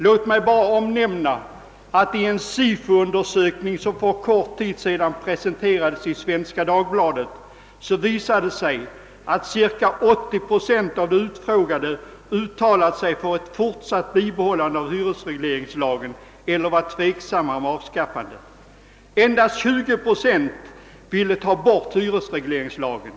Låt mig bara nämna att en Sifo-undersökning som för kort tid sedan presenterades i Svenska Dagbladet visade att cirka 80 procent av de utfrågade uttalade sig för ett fortsatt bibehållande av hyresregleringslagen eller var tveksamma om dess avskaffande. Endast 20 procent ville ta bort hyresregleringslagen.